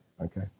okay